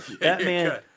Batman